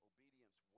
Obedience